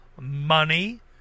money